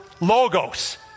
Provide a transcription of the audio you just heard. logos